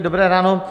Dobré ráno.